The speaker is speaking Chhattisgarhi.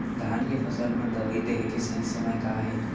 धान के फसल मा दवई देहे के सही समय का हे?